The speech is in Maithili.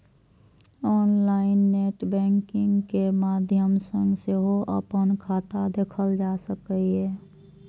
ऑनलाइन नेट बैंकिंग के माध्यम सं सेहो अपन खाता देखल जा सकैए